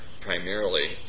primarily